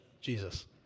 Jesus